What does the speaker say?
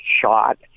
shot